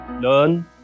Learn